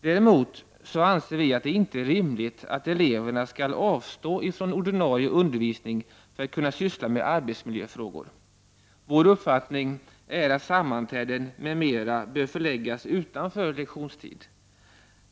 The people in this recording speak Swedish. Däremot anser vi inte att det är rimligt att eleverna skall avstå från ordinarie undervisning för att kunna syssla med arbetsmiljöfrågor. Vår uppfattning är att sammanträden m.m. bör förläggas utanför lektionstid.